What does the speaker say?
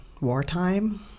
wartime